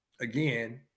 again